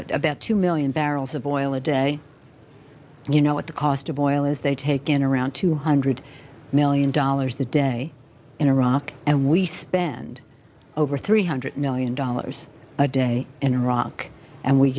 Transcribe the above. to about two million barrels of oil a day and you know what the cost of oil is they take in around two hundred million dollars a day in iraq and we spend over three hundred million dollars a day in iraq and we